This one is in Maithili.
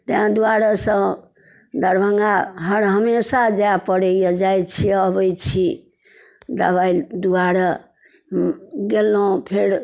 ताहि दुआरेसँ दरभङ्गा हर हमेशा जाय पड़ैए जाइत छी अबैत छी दबाइ दुआरऽ गेलहुँ फेर